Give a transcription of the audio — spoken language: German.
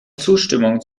zustimmung